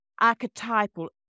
archetypal